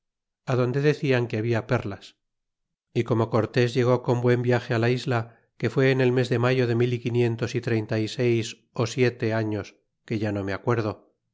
donde decian que habia perlas y como cort il llegó con buen viaje la isla que fué en el me de mayo de mil y quinientos y treinta y seis siete años que ya no me acuerdo